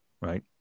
Right